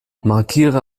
markiere